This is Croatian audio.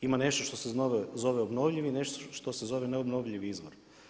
Ima nešto što se zove obnovljivi, nešto što se zove neobnovljivi izvor.